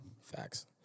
Facts